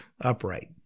upright